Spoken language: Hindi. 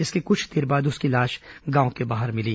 इसके कुछ देर बाद उसकी लाश गांव के बाहर मिली